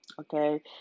okay